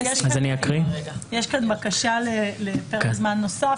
יש כאן בקשה לפרק זמן נוסף.